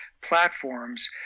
platforms